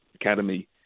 academy